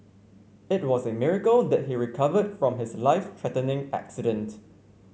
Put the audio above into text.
it was a miracle that he recovered from his life threatening accident